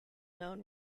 known